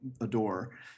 adore